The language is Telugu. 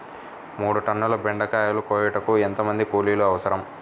మూడు టన్నుల బెండకాయలు కోయుటకు ఎంత మంది కూలీలు అవసరం?